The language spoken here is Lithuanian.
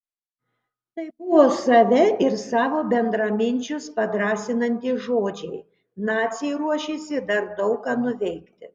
tai buvo save ir savo bendraminčius padrąsinantys žodžiai naciai ruošėsi dar daug ką nuveikti